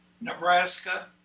Nebraska